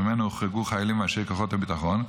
שממנו הוחרגו חיילים ואנשי כוחות הביטחון,